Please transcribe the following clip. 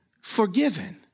forgiven